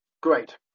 Great